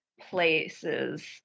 places